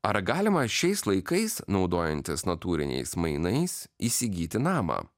ar galima šiais laikais naudojantis natūriniais mainais įsigyti namą